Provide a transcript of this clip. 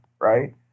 right